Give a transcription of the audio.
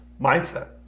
Mindset